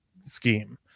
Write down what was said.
scheme